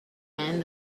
and